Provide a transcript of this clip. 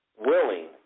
willing